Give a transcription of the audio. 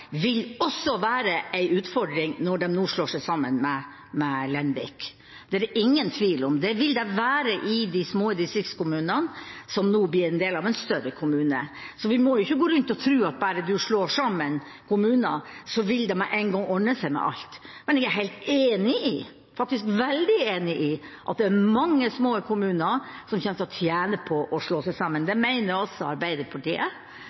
vil være en utfordring når de nå slår seg sammen med Lenvik. Det er ingen tvil om det. Det vil det være i de små distriktskommunene som nå blir en del av en større kommune. Så vi må ikke gå rundt og tro at bare man slår sammen kommuner, vil det med én gang ordne seg med alt. Men jeg er faktisk veldig enig i at det er mange små kommuner som kommer til å tjene på å slå seg sammen. Det mener også Arbeiderpartiet,